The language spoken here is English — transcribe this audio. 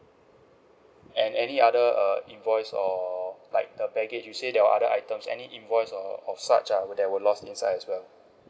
and any other uh invoice or like the baggage you said there were other items any invoice or or such ah were there were lost inside as well